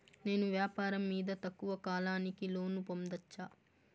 నేను వ్యాపారం మీద తక్కువ కాలానికి లోను పొందొచ్చా?